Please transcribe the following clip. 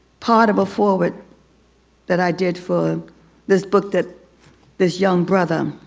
part of a forward that i did for this book that this young brother,